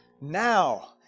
now